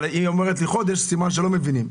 אבל היא דיברה על חודש, סימן שלא מבינים.